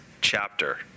chapter